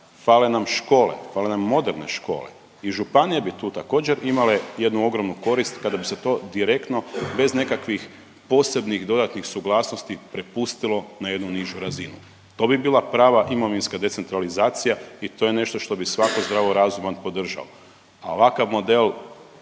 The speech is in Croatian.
fale nam škole, fale nam moderne škole i županija bi tu također imale jednu ogromnu korist kada bi se to direktno bez nekakvih posebnih dodatnih suglasnosti prepustilo na jednu nižu razinu. To bi bila prava imovinska decentralizacija i to je nešto što bi svatko zdravo razuman podržao, a ovakav model